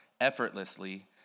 effortlessly